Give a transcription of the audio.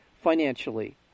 financially